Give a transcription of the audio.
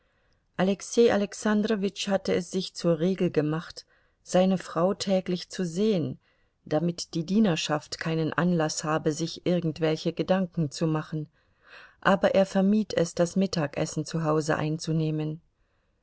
alexei alexandrowitsch hatte es sich zur regel gemacht seine frau täglich zu sehen damit die dienerschaft keinen anlaß habe sich irgendwelche gedanken zu machen aber er vermied es das mittagessen zu hause einzunehmen